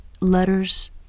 letters